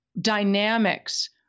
dynamics